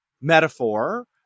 metaphor